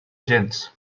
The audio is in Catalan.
gens